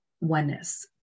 oneness